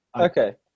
okay